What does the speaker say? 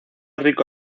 rico